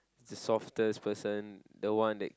the softest person the one that